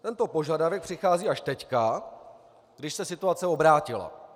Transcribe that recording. Tento požadavek přichází až teď, když se situace obrátila.